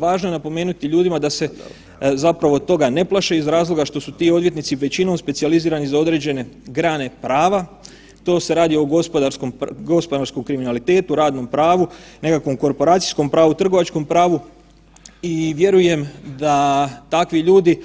Važno je napomenuti ljudima da zapravo toga ne plaše iz razloga što su ti odvjetnici većinom specijalizirani za određene grane prava, to se radi o gospodarskom kriminalitetu, radnom pravu, nekakvom korporacijskom pravu, trgovačkom pravu i vjerujem da takvi ljudi